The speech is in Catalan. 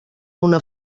una